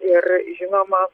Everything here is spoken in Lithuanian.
ir žinoma